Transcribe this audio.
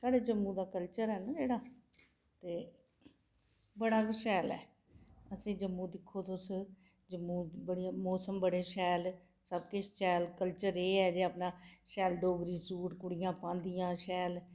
साढ़े जम्मू दा कल्चर ऐ नां जेह्ड़े ते बड़ा गै शैल ऐ अस जम्मू दिक्खो तुस जम्मू बड़े मौसम बड़े शैल सब किश शैल कल्चर दिक्खो एह् ऐ जे अपना शैल डोगरी सूट कुड़ियां पांदियां शैल